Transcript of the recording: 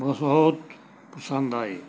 ਬਹੁਤ ਪਸੰਦ ਆਏ